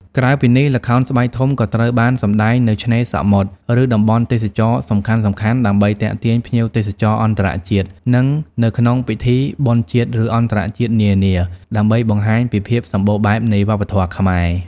ក្រៅពីនេះ ល្ខោនស្បែកធំក៏ត្រូវបានសម្តែងនៅ ឆ្នេរសមុទ្រ ឬតំបន់ទេសចរណ៍សំខាន់ៗដើម្បីទាក់ទាញភ្ញៀវទេសចរអន្តរជាតិ និងនៅក្នុងពិធីបុណ្យជាតិ ឬអន្តរជាតិនានា ដើម្បីបង្ហាញពីភាពសម្បូរបែបនៃវប្បធម៌ខ្មែរ។